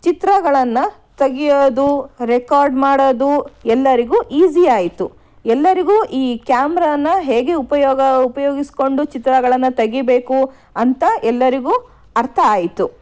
ಚಿತ್ರಗಳನ್ನು ತಗಿಯೋದು ರೆಕಾರ್ಡ್ ಮಾಡೋದು ಎಲ್ಲರಿಗೂ ಈಸಿ ಆಯಿತು ಎಲ್ಲರಿಗೂ ಈ ಕ್ಯಾಮ್ರಾನ ಹೇಗೆ ಉಪಯೋಗ ಉಪಯೋಗಿಸ್ಕೊಂಡು ಚಿತ್ರಗಳನ್ನು ತೆಗಿಬೇಕು ಅಂತ ಎಲ್ಲರಿಗೂ ಅರ್ಥ ಆಯಿತು